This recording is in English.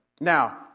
Now